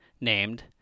named